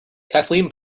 kathleen